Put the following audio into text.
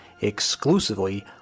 exclusively